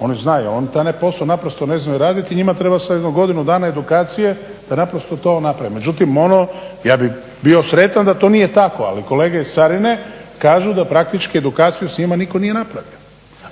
oni znaju, oni taj posao naprosto ne znaju raditi i njima sad treba jedno godinu dana edukacije da naprosto to naprave. Međutim, ono ja bih bio sretan da to nije tako. Ali kolege iz carine kažu da praktički edukaciju s njima nitko nije napravio,